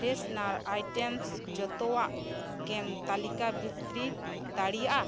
freshener items ᱡᱚᱛᱚᱣᱟᱜ ᱜᱮᱢ ᱛᱟᱞᱤᱠᱟ ᱵᱷᱤᱛᱨᱤ ᱫᱟᱲᱤᱭᱟᱜᱼᱟ